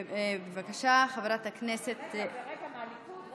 רגע, מהליכוד.